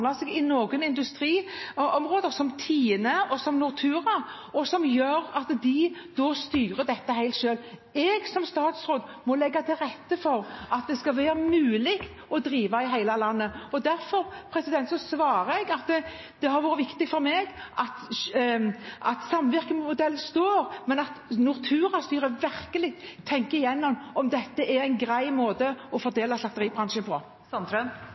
styrer helt selv. Jeg som statsråd må legge til rette for at det skal være mulig å drive i hele landet. Derfor svarer jeg at det har vært viktig for meg at samvirkemodellen står, men at Nortura-styret virkelig bør tenke gjennom om dette er en grei måte å fordele slakteribransjen